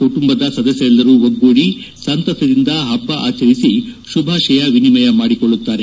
ಕುಟುಂಬದ ಸದಸ್ಯರೆಲ್ಲರೂ ಒಗ್ಗೂಡಿ ಸಂತಸದಿಂದ ಹಬ್ಬ ಆಚರಿಸಿ ಶುಭಾಶಯ ವಿನಿಮಯ ಮಾಡಿಕೊಳ್ಳುತ್ತಾರೆ